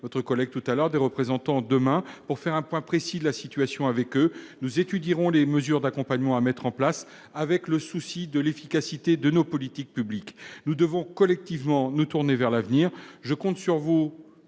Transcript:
Je le répète, je recevrai des représentants demain pour faire un point précis de la situation avec eux. Nous étudierons les mesures d'accompagnement à mettre en place dans le souci de l'efficacité de nos politiques publiques. Nous devons collectivement nous tourner vers l'avenir. Monsieur le